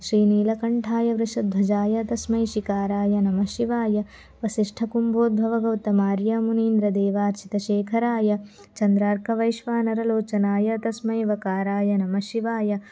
श्रीनीलकण्ठायवृषद्वजाय तस्मै शिकाराय नमशिवाय वसिष्ठकुम्बोद्भवगौतमार्यामुनीन्द्रदेवार्चितशेखराय चन्द्रार्कवैश्वानरलोचनाय तस्मै वकाराय नमःशिवाय